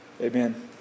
Amen